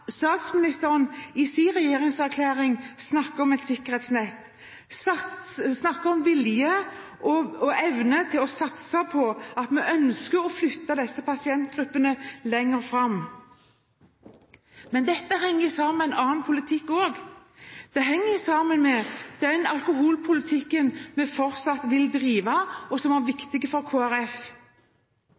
statsministeren i sin regjeringserklæring snakker om et sikkerhetsnett, snakker om vilje og evne til å satse på at vi ønsker å flytte disse pasientgruppene lenger fram. Men dette henger også sammen med annen politikk, det henger sammen med den alkoholpolitikken vi fortsatt vil drive, og som er viktig for